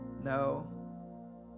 No